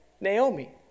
Naomi